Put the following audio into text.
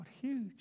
huge